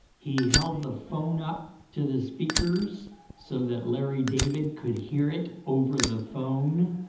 he held the phone up to the speakers so that larry david could hear it over the phone.